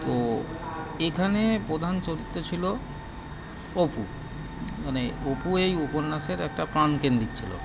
তো এখানে প্রধান চরিত্র ছিল অপু মানে অপু এই উপন্যাসের একটা প্রাণকেন্দ্রিক ছিল